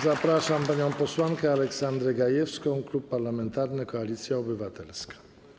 Zapraszam panią posłankę Aleksandrę Gajewską, Klub Parlamentarny Koalicja Obywatelska.